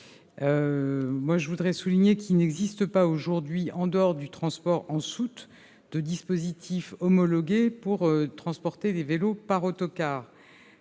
je veux souligner qu'il n'existe pas aujourd'hui, en dehors du transport en soute, de dispositif homologué pour transporter des vélos par autocar.